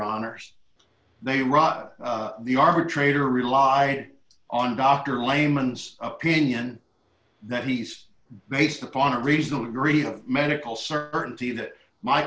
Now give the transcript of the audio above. honour's they run the arbitrator relied on dr layman's opinion that he's based upon a reason agreed a medical certainty that my